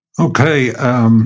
Okay